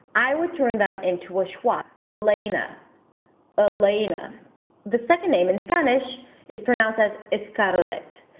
i would turn them into a schwa elena ah elena the second name in spanish is pronounced as escarlet,